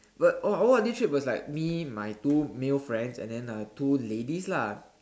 but our O_R_D trip was like me my two male friends and then uh two ladies lah